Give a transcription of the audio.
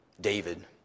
David